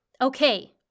Okay